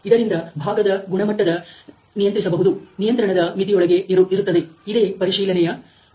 ಇದರಿಂದ ಭಾಗದ ಗುಣಮಟ್ಟದ ನಿಯಂತ್ರಿಸಬಹುದು ನಿಯಂತ್ರಣದ ಮಿತಿಯೊಳಗೆ ಇರುತ್ತದೆ ಇದೇ ಪರಿಶೀಲನೆಯ ಪಟ್ಟಿ